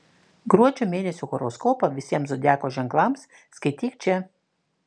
gruodžio mėnesio horoskopą visiems zodiako ženklams skaityk čia